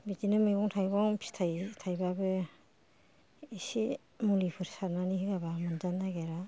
बिदिनो मैगं थाइगं फिथाइ थायबाबो इसे मुलिफोर सारनानै होआबा मोनजानो नागिरा